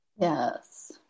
Yes